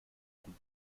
und